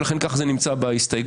ולכן כך זה נמצא בהסתייגות,